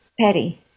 petty